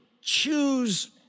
choose